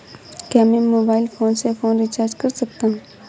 क्या मैं mobile phone से फोन रिचार्ज कर सकता हूं?